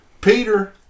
Peter